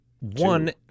one